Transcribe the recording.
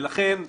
לכן,